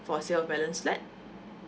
for sale of balance flat